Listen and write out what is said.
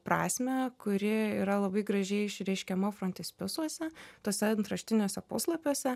prasmę kuri yra labai gražiai išreiškiama frontispisuose tuose antraštiniuose puslapiuose